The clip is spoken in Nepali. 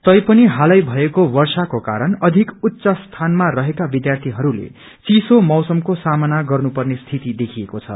तैपनि हालै भएको वर्षाको कारण अधिक उच्च स्थानमा रहेका विध्यार्यीहरूले चिसो मौसमको सामना गर्नुपर्ने स्थिति देखिएको छ